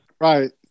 Right